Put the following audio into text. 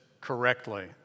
correctly